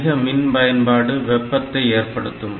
அதிக மின் பயன்பாடு வெப்பத்தை ஏற்படுத்தும்